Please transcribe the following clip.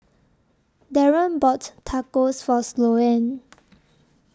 Darren bought Tacos For Sloane